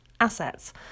assets